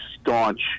staunch